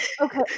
Okay